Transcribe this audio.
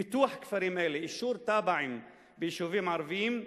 פיתוח כפרים אלה, אישור תב"ע ביישובים ערביים,